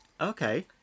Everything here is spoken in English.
Okay